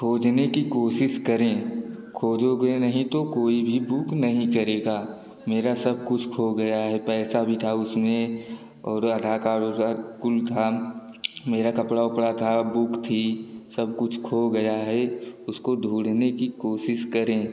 खोजने की कोशिश करें खोजोगे नहीं तो कोई भी बुक नहीं करेगा मेरा सब कुछ खो गया है पैसा भी था उसमें और आधार कार्ड वधार कुल था मेरा कपड़ा वपड़ा था बुक थी सब कुछ खो गया है उसको ढूँढने की कोशिश करें